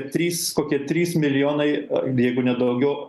trys kokie trys milijonai jeigu ne daugiau